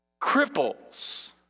cripples